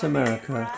America